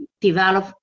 develop